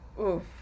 Oof